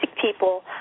people